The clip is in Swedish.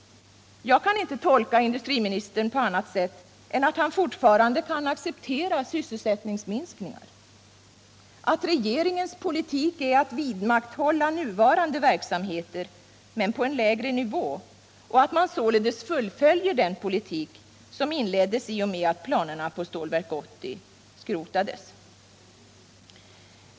Jag kan inte tolka industriministern på annat sätt än att han fortfarande kan acceptera sysselsättningsminskningar. Att regeringens politik är att vidmakthålla nuvarande verksamheter men på en lägre nivå, och att man således fullföljer den politik som inleddes i och med att planerna på Stålverk 80 skrotades.